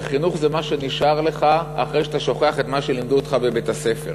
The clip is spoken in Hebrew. שחינוך זה מה שנשאר לך אחרי שאתה שוכח את מה שלימדו אותך בבית-הספר.